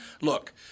Look